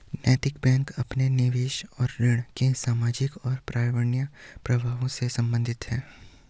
नैतिक बैंक अपने निवेश और ऋण के सामाजिक और पर्यावरणीय प्रभावों से संबंधित है